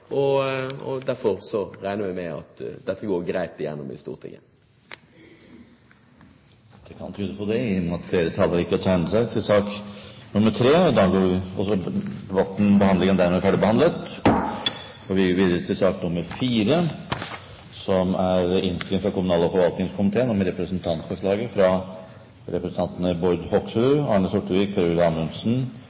ligger, og derfor regner vi med at dette går greit igjennom i Stortinget. Det kan tyde på det, i og med at flere talere ikke har tegnet seg til sak nr. 3. Etter ønske fra kommunal- og forvaltningskomiteen